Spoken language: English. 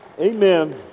Amen